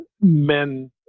men